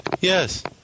Yes